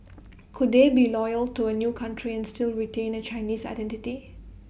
could they be loyal to A new country and still retain A Chinese identity